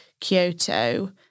Kyoto